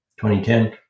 2010